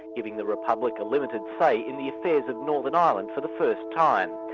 giving the republic a limited say in the affairs of northern ireland for the first time.